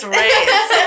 race